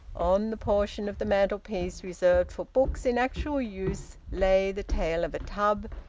on the portion of the mantelpiece reserved for books in actual use lay the tale of a tub,